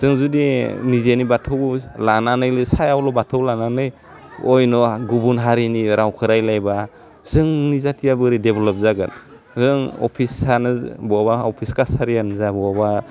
जों जुदि निजेनो बाथौखौ लानानैनो सायावल' बाथौ लानानै अन्य' गुबुन हारिनि रावखौ रायलाइबा जोंनि जातिया बोरै देभ्लब जागोन जों अफिसानो जाह बबा अफिस खासारियानो जा बबावबा